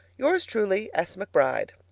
yours truly, s. mcbride.